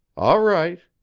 all right,